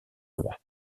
roi